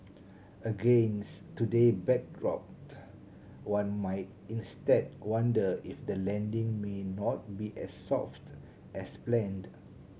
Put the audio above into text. against today backdrop one might instead wonder if the landing may not be as soft as planned